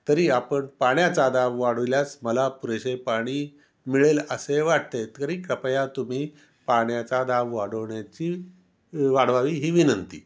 तरी आपण पाण्याचा दाब वाढविल्यास मला पुरेसे पाणी मिळेल असे वाटते तरी कृपया तुम्ही पाण्याचा दाब वाढवण्याची वाढवावी ही विनंती